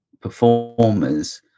performers